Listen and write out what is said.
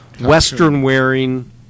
western-wearing